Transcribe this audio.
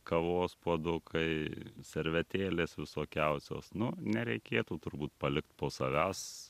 kavos puodukai servetėlės visokiausios nu nereikėtų turbūt palikt po savęs